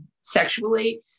sexually